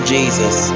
Jesus